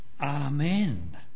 Amen